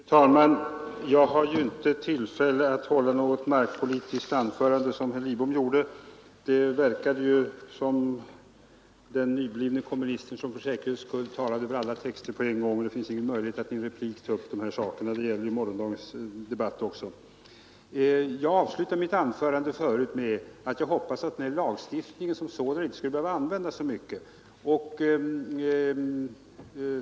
Fru talman! Jag har inga möjligheter att här hålla något markpolitiskt anförande, som herr Lidbom gjorde. Han påminde om den nyutnämnde komministern som talade över alla texter på en gång, och det finns nu ingen möjlighet för mig att i en replik ta upp allt vad herr Lidbom sade. Vi har ju en debatt i morgon också. Jag avslutade mitt förra anförande med att uttrycka förhoppningen att lagstiftningen som sådan inte skall behöva användas så särskilt mycket.